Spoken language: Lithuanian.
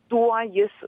tuo jis